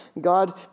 God